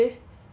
she